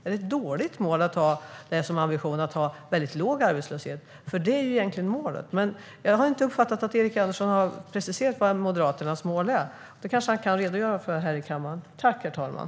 Är det dåligt att ha som ambition att ha väldigt låg arbetslöshet? Det är egentligen det som är målet. Men jag har inte uppfattat att Erik Andersson har preciserat vilket Moderaternas mål är. Det kanske han kan redogöra för här i kammaren.